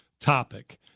topic